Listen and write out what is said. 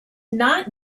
not